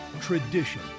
Tradition